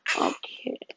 okay